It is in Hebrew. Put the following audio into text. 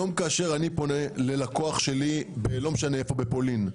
כאשר היום אני פונה ללקוח שלי נניח בפולין,